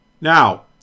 Now